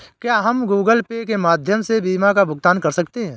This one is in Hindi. क्या हम गूगल पे के माध्यम से बीमा का भुगतान कर सकते हैं?